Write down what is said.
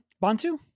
Bantu